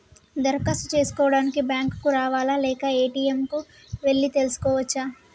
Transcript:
దరఖాస్తు చేసుకోవడానికి బ్యాంక్ కు రావాలా లేక ఏ.టి.ఎమ్ కు వెళ్లి చేసుకోవచ్చా?